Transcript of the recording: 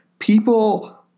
People